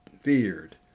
feared